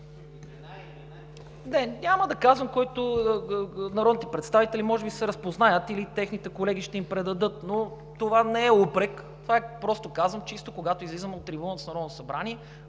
няма да казвам. Народните представители може би ще се разпознаят или техните колеги ще им предадат, но това не е упрек, това е, просто казвам, когато излизаме на трибуната на